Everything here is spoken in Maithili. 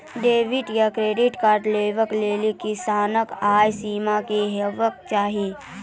डेबिट या क्रेडिट कार्ड लेवाक लेल किसानक आय सीमा की हेवाक चाही?